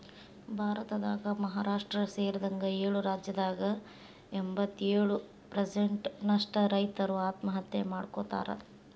ಭಾರತದಾಗ ಮಹಾರಾಷ್ಟ್ರ ಸೇರಿದಂಗ ಏಳು ರಾಜ್ಯದಾಗ ಎಂಬತ್ತಯೊಳು ಪ್ರಸೆಂಟ್ ನಷ್ಟ ರೈತರು ಆತ್ಮಹತ್ಯೆ ಮಾಡ್ಕೋತಾರ